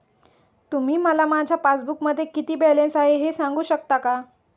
तुम्ही मला माझ्या पासबूकमध्ये किती बॅलन्स आहे हे सांगू शकता का?